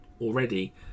already